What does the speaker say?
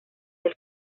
del